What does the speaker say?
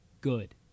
good